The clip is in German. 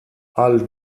all